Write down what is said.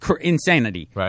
insanity